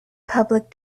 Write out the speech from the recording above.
public